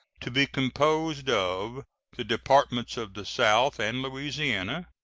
to be composed of the departments of the south and louisiana,